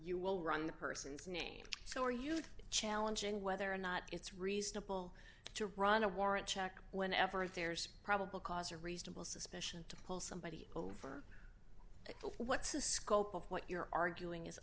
you will run the person's name so are you challenging whether or not it's reasonable to run a warrant check whenever there's probable cause or reasonable suspicion to pull somebody over so what's the scope of what you're arguing is